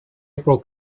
april